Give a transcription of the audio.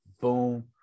boom